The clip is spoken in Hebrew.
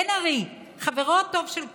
בן ארי, חברו הטוב של כץ,